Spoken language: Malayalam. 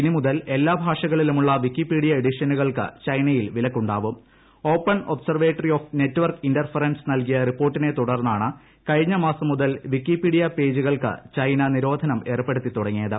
ഇനി മുതൽ എല്ലാ ഭാഷകളിലുമൂള്ള് ഹ്ലിക്കിപീഡിയ എഡിഷനുകൾക്ക് ചൈനയിൽ വിലക്കുണ്ടാവ്ട്രൂം open observatory of network interference നൽകിയ റിക്ക്പോർട്ടിനെ തുടർന്നാണ് കഴിഞ്ഞ മാസം മുതൽ വിക്കിപീഡിയ പേജുകൾക്ക് ചൈന നിരോധനം ഏർപ്പെടുത്തി തുടങ്ങിയത്